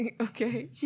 okay